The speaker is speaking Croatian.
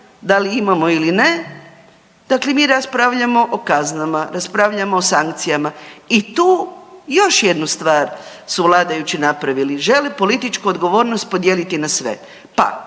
da li imamo ili ne, dakle mi raspravljamo o kaznama, raspravljamo o sankcijama i tu još jednu stvar su vladajući napravili. Žele političku odgovornost podijeliti na sve.